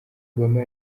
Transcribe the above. obama